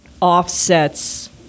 offsets